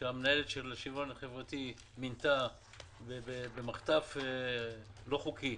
כשהמנכ"לית של שוויון חברתי מינתה במחטף לא חוקי